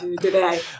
today